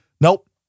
Nope